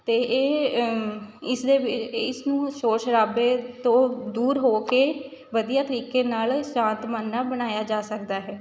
ਅਤੇ ਇਹ ਇਸ ਨੂੰ ਸ਼ੋਰ ਸ਼ਰਾਬੇ ਤੋਂ ਦੂਰ ਹੋ ਕੇ ਵਧੀਆ ਤਰੀਕੇ ਨਾਲ਼ ਸ਼ਾਂਤ ਮਨ ਨਾਲ਼ ਬਣਾਇਆ ਜਾ ਸਕਦਾ ਹੈ